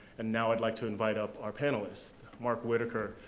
and now i'd like to invite up our panelists, mark whitaker,